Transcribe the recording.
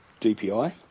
dpi